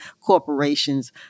corporations